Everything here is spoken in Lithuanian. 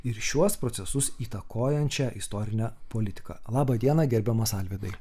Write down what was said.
ir šiuos procesus įtakojančią istorinę politiką laba diena gerbiamas alvydai